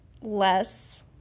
less